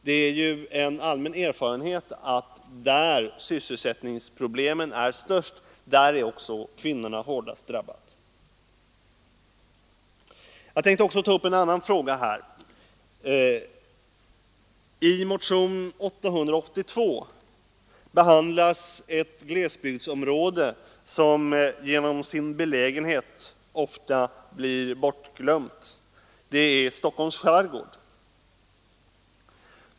Det är ju en allmän erfarenhet att där sysselsättningsproblemen är störst är också kvinnorna hårdast drabbade. Sedan vill jag också ta upp en annan fråga. I motionen 882 behandlas ett glesbygdsområde som genom sin belägenhet ofta blir bortglömt. Det är Stockholms skärgård.